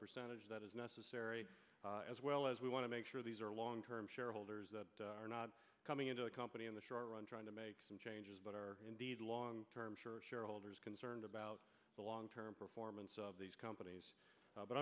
percentage that is necessary as well as we want to make sure these are long term shareholders that are not coming into the company in the short run trying to make some changes but are indeed long term shareholders concerned about the long term performance of these companies but